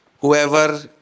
Whoever